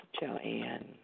Joanne